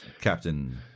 Captain